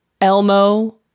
Elmo